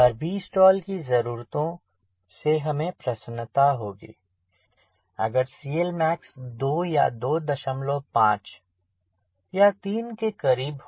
पर Vstall की ज़रूरतों से हमें प्रसन्नता होगी अगर CLmax 2 या 25 या 3 के करीब हो